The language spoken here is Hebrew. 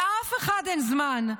לאף אחד אין זמן.